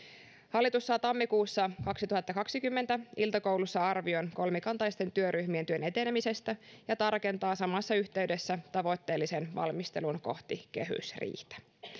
hallitus saa tammikuussa kaksituhattakaksikymmentä iltakoulussa arvion kolmikantaisten työryhmien työn etenemisestä ja tarkentaa samassa yhteydessä tavoitteellisen valmistelun kohti kehysriihtä